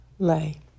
lay